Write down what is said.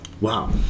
Wow